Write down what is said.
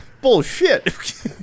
Bullshit